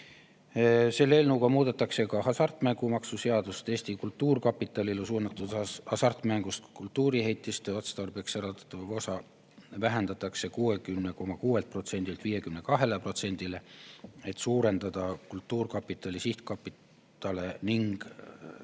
Eelnõuga muudetakse ka hasartmängumaksu seadust Eesti Kultuurkapitalile suunatud osas: hasartmängu[maksu]st kultuuriehitiste otstarbeks eraldatavat osa vähendatakse 60,6%‑lt 52%‑le, et suurendada kultuurkapitali sihtkapitale ning